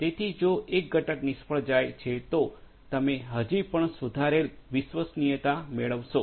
તેથી જો એક ઘટક નિષ્ફળ જાય છે તો તમે હજી પણ સુધારેલ વિશ્વસનીયતા મેળવશો